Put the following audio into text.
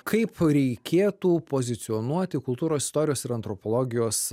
kaip reikėtų pozicionuoti kultūros istorijos ir antropologijos